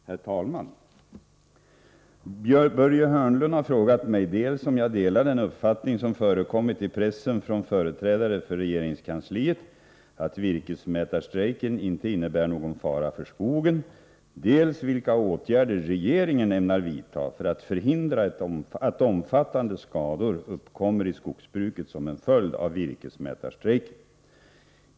Herr talman! Börje Hörnlund har frågat mig dels om jag delar den uppfattning som förekommit i pressen från företrädare för regeringskansliet att virkesmätarstrejken inte innebär någon fara för skogen, dels vilka åtgärder regeringen ämnar vidta för att förhindra att omfattande skador uppkommer i skogsbruket som en följd av virkesmätarstrejken.